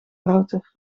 router